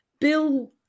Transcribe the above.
Bill